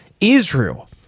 Israel